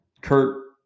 Kurt